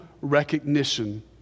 recognition